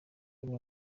urwo